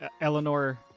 Eleanor